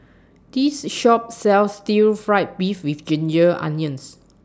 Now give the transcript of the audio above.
This Shop sells Stir Fried Beef with Ginger Onions